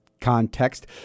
context